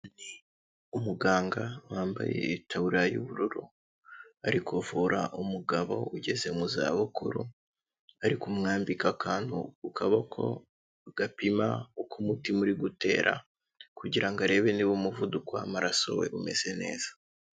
Umuganga wambaye itaburiya y'ubururu, ari kuvura umugabo ugeze mu zabukuru, ari kumwambika akantu ku kaboko gapima uko umutima uri gutera kugira ngo arebe niba umuvuduko w'amaraso we umeze neza.